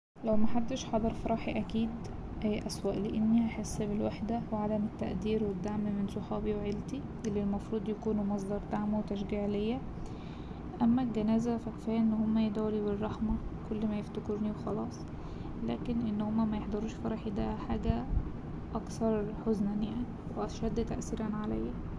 لو محدش حضر فرحي أكيد اسوأ لأني هحس بالوحدة وعدم التقدير والدعم من صحابي وعيلتي اللي المفروض يكونوا مصدر دعم وتشجيع ليا اما الجنازة فا كفاية إن هما يدعولي بالرحمة كل ما يفتكروني وخلاص لكن ان هما ميحضروش فرحي ده حاجة أكثر حزنا يعني وأشد تأثير عليا.